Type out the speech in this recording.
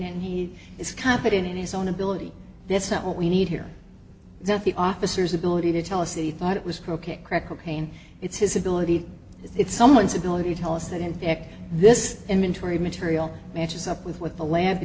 and he is confident in his own ability that's what we need here that the officers ability to tell us that he thought it was ok crack cocaine it's his ability it's someone's ability to tell us that in fact this inventory material matches up with what the lab